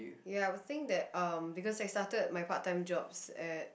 ya but I think that um because I started my part time jobs at